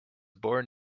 born